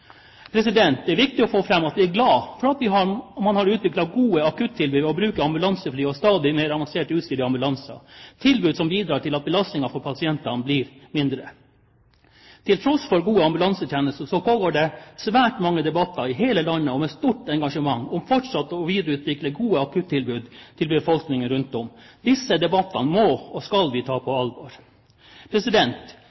Det er viktig å få fram at vi er glad for at man har utviklet gode akuttilbud ved å bruke ambulansefly og stadig mer avansert utstyr i ambulanser, tilbud som bidrar til at belastningen for pasientene blir mindre. Til tross for gode ambulansetjenester pågår det svært mange debatter i hele landet – og med stort engasjement – om fortsatt å videreutvikle gode akuttilbud til befolkningen rundt omkring. Disse debattene må og skal vi ta